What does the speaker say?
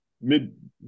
mid